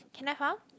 can I !huh!